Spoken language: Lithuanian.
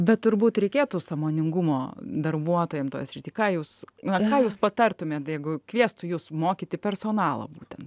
bet turbūt reikėtų sąmoningumo darbuotojam toj srity ką jūs na ką jūs patartumėt jeigu kviestų jus mokyti personalą būtent